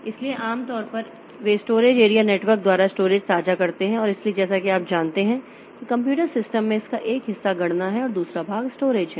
इसलिए आम तौर पर वे स्टोरेज एरिया नेटवर्क द्वारा स्टोरेज साझा करते हैं और इसलिए जैसा कि आप जानते हैं कि कंप्यूटर सिस्टम में इसका एक हिस्सा गणना है दूसरा भाग स्टोरेज है